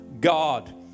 God